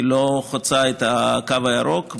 היא לא חוצה את הקו הירוק.